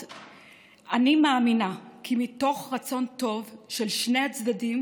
אני מאמינה כי מתוך רצון טוב של שני הצדדים